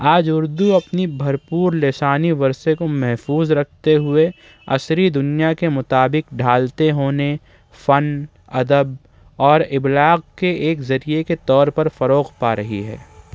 آج اردو اپنی بھرپور لسانی ورثے کو محفوظ رکھتے ہوئے عصری دنیا کے مطابق ڈھالتے ہونے فن ادب اور ابلاغ کے ایک ذریعے کے طور پر فروغ پا رہی ہے